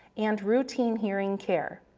and routine hearing care.